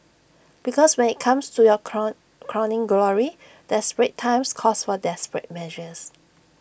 because when IT comes to your crow crowning glory desperate times calls for desperate measures